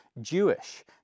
Jewish